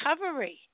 recovery